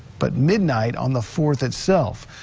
but midnight on the fourth itself.